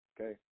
okay